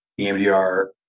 EMDR